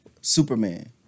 Superman